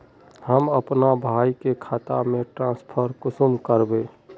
हम अपना भाई के खाता में ट्रांसफर कुंसम कारबे?